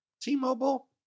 T-Mobile